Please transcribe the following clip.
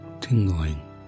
tingling